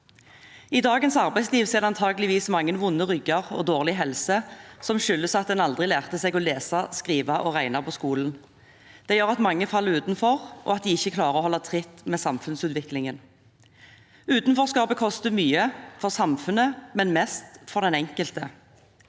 I dagens arbeidsliv er det antakelig mange vonde rygger og dårlig helse som skyldes at man aldri lærte å lese, skrive og regne på skolen. Det gjør at mange faller utenfor, og at de ikke klarer å holde tritt med samfunnsutviklingen. Utenforskapet koster mye – for samfunnet, men mest for den enkelte.